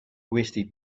wasted